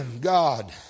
God